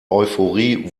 euphorie